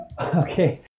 Okay